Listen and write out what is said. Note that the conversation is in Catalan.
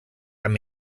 amb